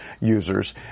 users